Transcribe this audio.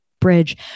bridge